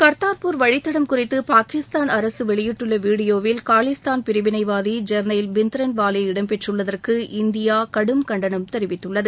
கர்த்தார்பூர் வழித்தடம் குறித்து பாகிஸ்தான் அரசு வெளியிட்டுள்ள வீடியோவில் காலிஸ்தான் பிரிவினைவாதி ஜெர்னைல் பிந்த்ரன்வாலே இடம்பெற்றுள்ளதற்கு இந்தியா கடும் கண்டனம் தெரிவித்துள்ளது